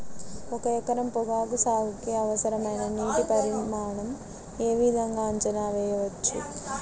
ఒక ఎకరం పొగాకు సాగుకి అవసరమైన నీటి పరిమాణం యే విధంగా అంచనా వేయవచ్చు?